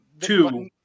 two